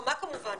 חכמה כמובן